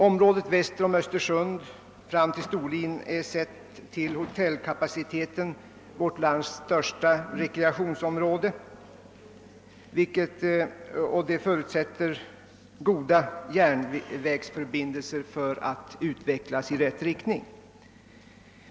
Området väster om Östersund fram till Storlien är, sett till hotellkapaciteten, vårt lands största koncentrerade rekreationsområde, för vilket goda järnvägsförbindelser är ett livsvillkor.